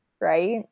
right